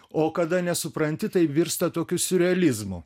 o kada nesupranti tai virsta tokiu siurrealizmu